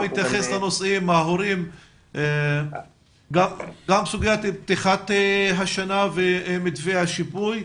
לנושאים, גם סוגיית פתיחת השנה ומתווה השיפוי,